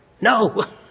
No